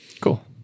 Cool